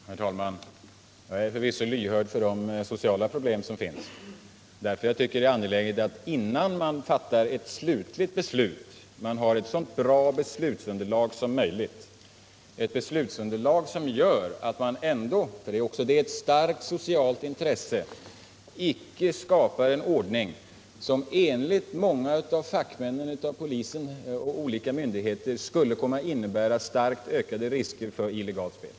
Herr talman! Jag är förvisso lyhörd för de sociala problem som finns. Det är därför jag tycker att det är angeläget att man, innan man fattar ett slutligt beslut, har ett så bra beslutsunderlag som möjligt. Man bör ha ett beslutsunderlag som gör att man — vilket också är ett starkt socialt intresse — inte skapar en ordning som enligt många fackmän inom polis och olika myndigheter skulle komma att innebära starkt ökade risker för illegalt spel.